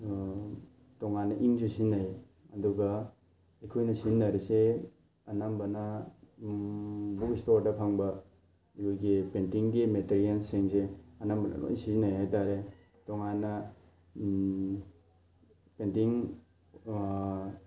ꯇꯣꯉꯥꯟꯅ ꯏꯪꯁꯨ ꯁꯤꯖꯤꯟꯅꯩ ꯑꯗꯨꯒ ꯑꯩꯈꯣꯏꯅ ꯁꯤꯖꯤꯟꯅꯔꯤꯁꯦ ꯑꯅꯝꯕꯅ ꯕꯨꯛ ꯏꯁꯇꯣꯔꯗ ꯐꯪꯕ ꯑꯩꯈꯣꯏꯒꯤ ꯄꯦꯟꯇꯤꯡꯒꯤ ꯃꯦꯇꯦꯔꯤꯌꯦꯜꯁꯤꯡꯁꯦ ꯑꯅꯝꯕꯅ ꯂꯣꯏ ꯁꯤꯖꯤꯟꯅꯩ ꯍꯥꯏꯇꯥꯔꯦ ꯇꯣꯉꯥꯟꯅ ꯄꯦꯟꯇꯤꯡ